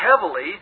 heavily